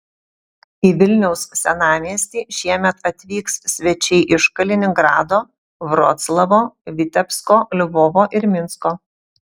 į vilniaus senamiestį šiemet atvyks svečiai iš kaliningrado vroclavo vitebsko lvovo ir minsko